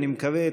אני מקווה,